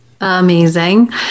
Amazing